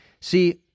See